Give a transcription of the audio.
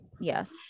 Yes